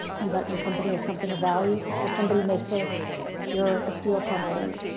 your your company is something of value. so somebody may think you're a steel company,